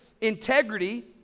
integrity